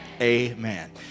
Amen